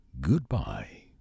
goodbye